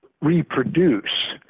reproduce